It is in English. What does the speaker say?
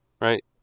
right